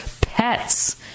pets